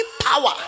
power